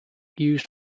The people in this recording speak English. used